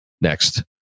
Next